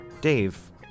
Dave